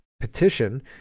petition